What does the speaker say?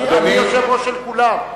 אני יושב-ראש של כולם.